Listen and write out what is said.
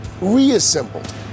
reassembled